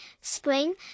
Spring